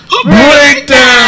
Breakdown